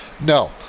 No